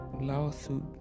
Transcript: lawsuit